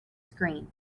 screen